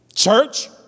Church